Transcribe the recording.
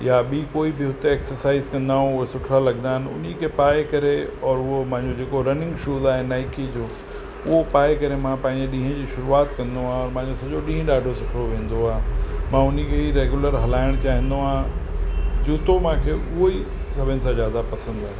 या ॿी कोई बि हुते एक्सरसाइज़ कंदायूं उहे सुठा लॻंदा आहिनि उन के पाए करे और उहो मुंहिंजो जेको रनिंग शूज़ आहिनि नाइकी जो उहो पाए करे मां पंहिंजे ॾींहं जी शुरूआति कंदो आहियां मुंहिंजो सॼो ॾींहुं ॾाढो सुठो वेंदो आहे मां उन खे रेग्यूलर हलाइणु चाहींदो आहियां जूतो मूंखे उहो ई सभिनि सां ज़्यादा पसंदि आहे